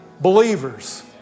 Believers